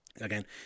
Again